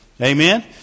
Amen